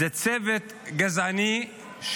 זה צוות גזעני,